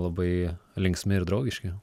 labai linksmi ir draugiški